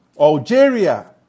Algeria